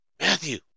Matthew